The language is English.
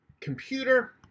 computer